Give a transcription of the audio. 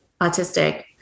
autistic